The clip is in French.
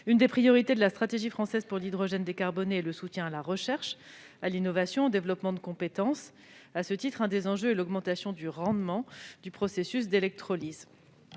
L'une des priorités de la stratégie française pour l'hydrogène décarboné réside dans le soutien à la recherche, à l'innovation et au développement de compétences. À ce titre, la question de l'augmentation du rendement du processus d'électrolyse